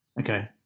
Okay